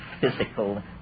physical